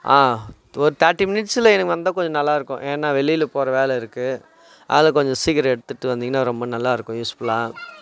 ஆ ஒரு தேர்ட்டி மினிட்ஸில் எனக்கு வந்தால் கொஞ்சம் நல்லாயிருக்கும் ஏன்னா வெளியில் போகிற வேலை இருக்குது அதை கொஞ்சம் சீக்கிரம் எடுத்துட்டு வந்தீங்கன்னால் ரொம்ப நல்லாயிருக்கும் யூஸ்ஃபுல்லாக